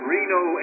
Reno